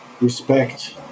respect